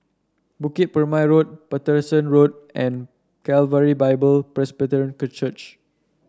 Bukit Purmei Road Paterson Road and Calvary Bible Presbyterian Church